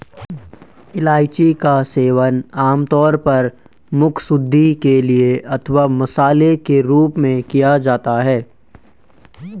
इलायची का सेवन आमतौर पर मुखशुद्धि के लिए अथवा मसाले के रूप में किया जाता है